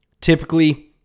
Typically